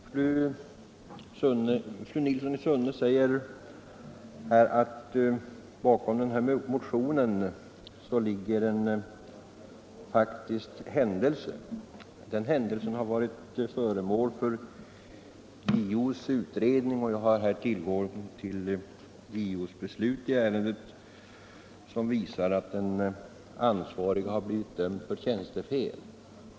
Herr talman! Fru Nilsson i Sunne säger att det bakom här nämnda motion ligger en faktisk händelse. Den händelsen har varit föremål för JO:s utredning, och jag har här tillgång till JO:s beslut i ärendet som visar att den ansvarige har blivit dömd för tjänstefel.